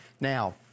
Now